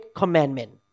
commandment